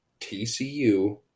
TCU